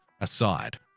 aside